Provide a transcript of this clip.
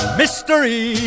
mystery